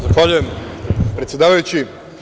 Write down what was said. Zahvaljujem, predsedavajući.